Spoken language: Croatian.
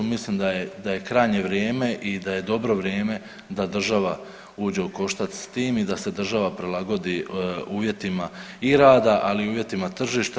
Mislim da je krajnje vrijeme i da je dobro vrijeme da država uđe u koštac s tim i da se država prilagodi uvjetima i rada, ali i uvjetima tržišta.